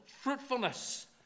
fruitfulness